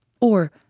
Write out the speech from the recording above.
or